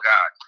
God